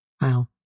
Wow